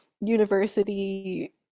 university